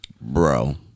Bro